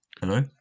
Hello